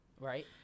right